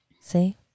See